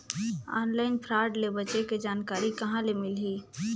Online fraud ले बचे के जानकारी कहां ले मिलही?